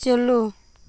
ᱪᱟᱹᱞᱩ